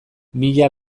mila